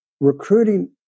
recruiting